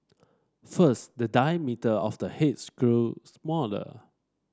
first the diameter of the heads grow smaller